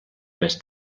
més